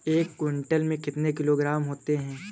एक क्विंटल में कितने किलोग्राम होते हैं?